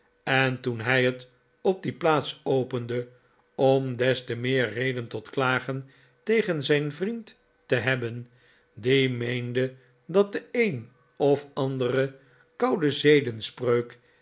en toen hij het op die plaats opende om des te meer reden tot klagen tegen zijn vriend te hebben die meende dat de een of andere